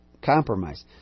compromise